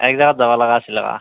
এক জেগাত যাব লগা আছিলে ৰ'বা